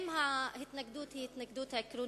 אם ההתנגדות היא התנגדות עקרונית,